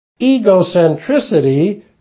Egocentricity